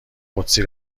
قدسی